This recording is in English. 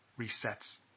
resets